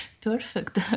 perfect